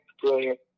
brilliant